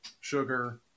sugar